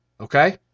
Okay